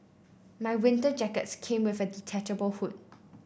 my winter jacket came with a detachable hood